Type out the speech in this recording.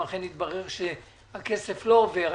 אם אכן התברר שהכסף לא עובר,